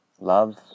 love